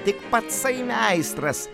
tik patsai meistras